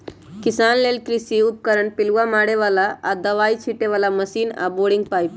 किसान लेल कृषि उपकरण पिलुआ मारे बला आऽ दबाइ छिटे बला मशीन आऽ बोरिंग पाइप